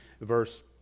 verse